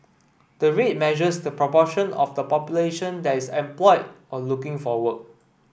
the rate measures the proportion of the population that is employed or looking for work